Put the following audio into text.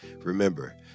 Remember